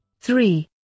three